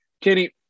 Kenny